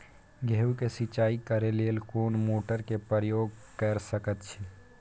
गेहूं के सिंचाई करे लेल कोन मोटर के प्रयोग कैर सकेत छी?